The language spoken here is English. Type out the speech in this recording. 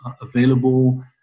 available